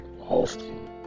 Often